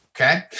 Okay